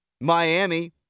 Miami